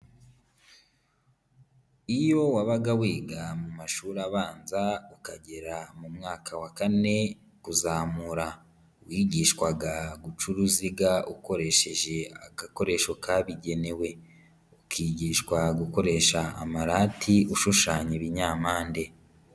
Iyo wabaga wiga mu mashuri abanza ukagera mu mwaka wa kane kuzamura, wigishwaga guca uruziga ukoresheje agakoresho kabigenewe, ukigishwa gukoresha amarati ushushanya ibinyampande.